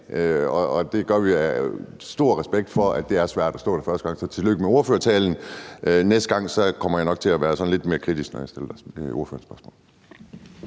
og det gør vi af stor respekt for, at det er svært at stå der første gang. Så tillykke med ordførertalen. Næste gang kommer jeg nok til at være sådan lidt mere kritisk, når jeg stiller ordføreren spørgsmål.